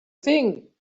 thing